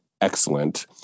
excellent